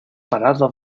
parada